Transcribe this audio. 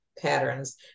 patterns